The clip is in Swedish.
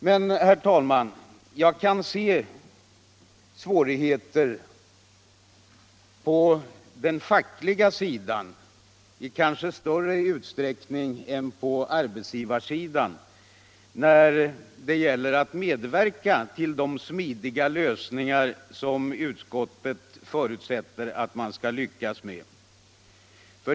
Men, herr talman, jag kan se svårigheter på det fackliga området i långt större utsträckning än på arbetsgivarområdet när det gäller att medverka till de smidiga lösningar som utskottet förutsätter att man skall lyckas med.